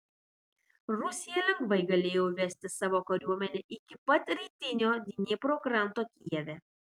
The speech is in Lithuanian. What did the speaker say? rusija lengvai galėjo įvesti savo kariuomenę iki pat rytinio dniepro kranto kijeve